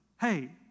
hey